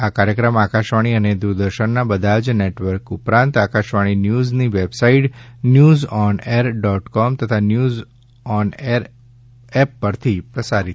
આ કાર્યક્રમ આકાશવાણી અને દૂરદર્શનના બધા જ નેટવર્ક ઉપરાંત આકાશવાણી ન્યૂઝની website news on air dot com તથા ન્યૂઝ ઓન એર એપ પરથી પ્રસારિત થશે